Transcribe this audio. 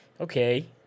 Okay